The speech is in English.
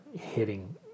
hitting